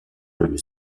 rue